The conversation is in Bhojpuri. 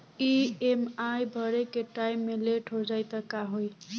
ई.एम.आई भरे के टाइम मे लेट हो जायी त का होई?